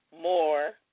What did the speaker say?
More